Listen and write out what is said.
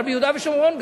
אבל ביהודה ושומרון,